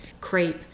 Crepe